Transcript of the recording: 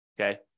okay